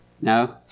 No